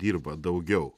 dirba daugiau